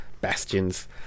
bastions